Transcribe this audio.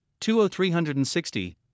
20360